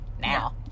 now